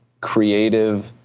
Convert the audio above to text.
creative